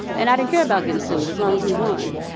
and i didn't care about getting sued as long as we won.